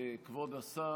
כבוד השר,